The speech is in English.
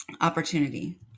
opportunity